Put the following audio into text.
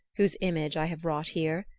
whose image i have wrought here.